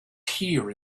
here